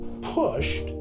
pushed